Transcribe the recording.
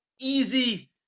easy